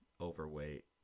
overweight